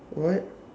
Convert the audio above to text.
what